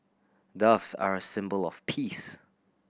doves are a symbol of peace